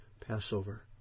Passover